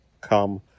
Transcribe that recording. come